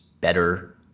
better